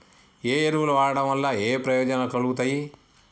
ఏ ఎరువులు వాడటం వల్ల ఏయే ప్రయోజనాలు కలుగుతయి?